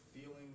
feeling